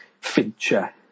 Fincher